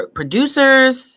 producers